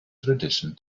tradition